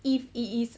if it is